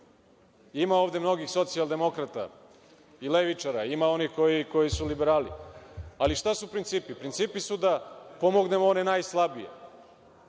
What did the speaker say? Ima ovde mnogih socijaldemokrata i levičara, ima onih koji su liberali, ali šta su principi? Principi su da pomognemo najslabije,